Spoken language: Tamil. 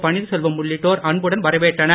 பன்னீர்செல்வம் உள்ளிட்டோர் அன்புடன் வரவேற்றனர்